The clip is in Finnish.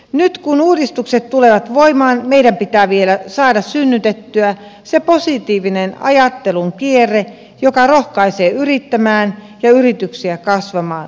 nyt kun uudistukset tulevat voimaan meidän pitää vielä saada synnytettyä se positiivinen ajattelun kierre joka rohkaisee yrittämään ja yrityksiä kasvamaan